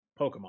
Pokemon